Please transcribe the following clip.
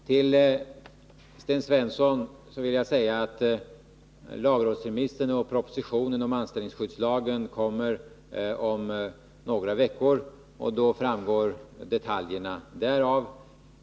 Till Sten Svensson vill jag säga att lagrådsremissen och propositionen om anställningsskyddslagen kommer om några veckor, och av den framgår då detaljerna.